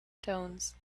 stones